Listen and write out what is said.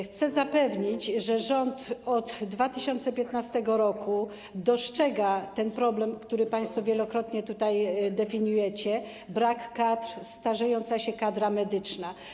Chcę zapewnić, że rząd od 2015 r. dostrzega ten problem, który państwo wielokrotnie definiujecie, brak kadr, starzejąca się kadra medyczna.